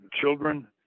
children